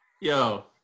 yo